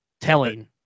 telling